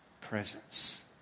presence